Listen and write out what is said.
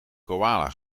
koala